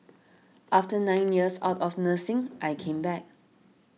after nine years out of nursing I came back